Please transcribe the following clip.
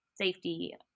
safety